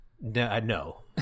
No